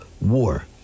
war